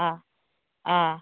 अ अ